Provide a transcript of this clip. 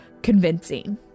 convincing